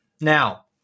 Now